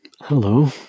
Hello